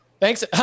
Thanks